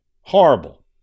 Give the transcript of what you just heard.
horrible